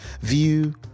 view